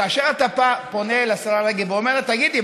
כאשר אתה פונה אל השרה רגב ואומר לה: תגידי,